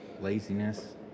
Laziness